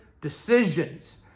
decisions